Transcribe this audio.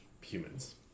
humans